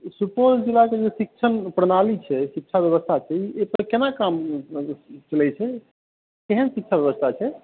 सुपौल जिलाके जे शिक्षण प्रणाली छै शिक्षा व्यवस्था छै एहिपर केना काम चलै छै केहन शिक्षा व्यवस्था छै